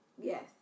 Yes